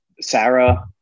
Sarah